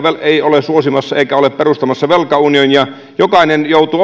ei ole suosimassa eikä ole perustamassa velkaunionia jokainen joutuu